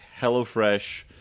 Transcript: HelloFresh